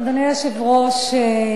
אדוני היושב-ראש,